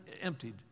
emptied